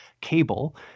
cable